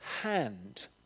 hand